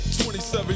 27